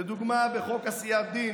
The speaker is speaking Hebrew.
לדוגמה, בחוק עשיית דין